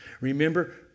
Remember